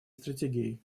стратегией